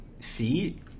Feet